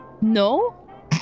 no